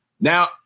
Now